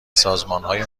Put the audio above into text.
سازمانهای